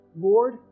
Lord